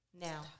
now